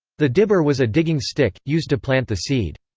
the dibber was a digging stick, used to plant the seed.